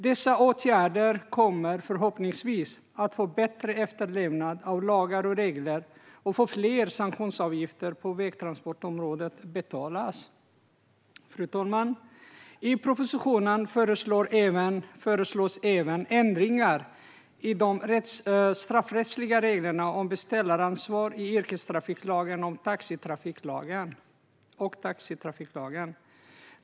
Dessa åtgärder kommer förhoppningsvis att ge bättre efterlevnad av lagar och regler och att fler sanktionsavgifter på vägtransportområdet betalas. Fru talman! I propositionen föreslås även ändringar i de straffrättsliga reglerna om beställaransvar i yrkestrafiklagen och taxitrafiklagen.